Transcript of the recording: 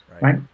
right